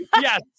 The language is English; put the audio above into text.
Yes